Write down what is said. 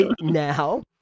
now